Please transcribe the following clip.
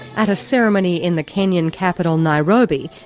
at a ceremony in the kenyan capital, nairobi,